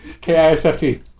K-I-S-F-T